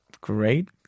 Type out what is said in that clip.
Great